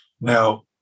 Now